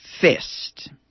fist